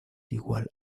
igual